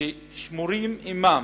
ששמורים עמן,